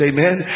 Amen